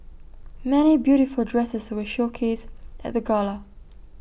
many beautiful dresses were showcased at the gala